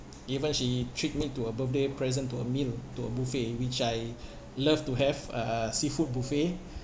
even she treat me to a birthday present to a meal to a buffet which I love to have uh seafood buffet